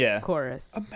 chorus